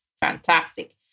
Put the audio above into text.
Fantastic